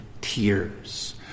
tears